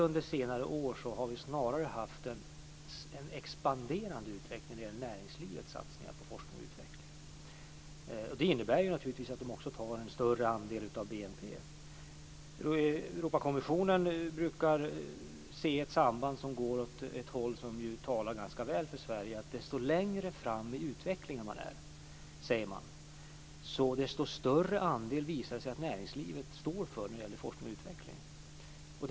Under senare år har vi snarare haft en expanderande utveckling när det gäller näringslivets satsningar på forskning och utveckling. Det innebär naturligtvis att de också tar en större andel av BNP. Europakonventionen brukar se ett samband som går åt ett håll som talar ganska väl för Sverige. Ju längre fram i utvecklingen man är, sägs det, desto större andel visar det sig att näringslivet står för när det gäller forskning och utveckling.